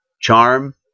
charm